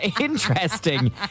interesting